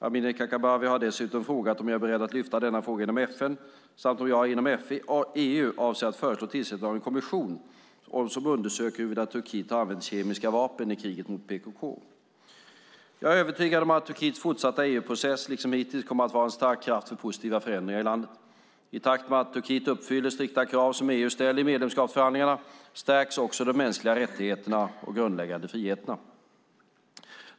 Amineh Kakabaveh har dessutom frågat om jag är beredd att lyfta denna fråga inom FN samt om jag inom EU avser att föreslå tillsättning av en kommission som undersöker huruvida Turkiet har använt kemiska vapen i kriget mot PKK. Jag är övertygad om att Turkiets fortsatta EU-process, liksom hittills, kommer att vara en stark kraft för positiva förändringar i landet. I takt med att Turkiet uppfyller de strikta krav som EU ställer i medlemskapsförhandlingarna stärks också de mänskliga rättigheterna och de grundläggande friheterna.